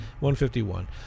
151